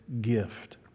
gift